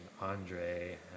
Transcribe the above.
Andre